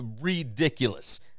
ridiculous